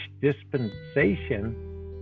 dispensation